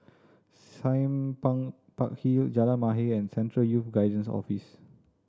Sime Park Hill Jalan Mahir and Central Youth Guidance Office